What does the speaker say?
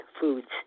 foods